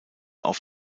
auf